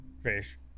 fish